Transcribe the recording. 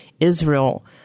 israel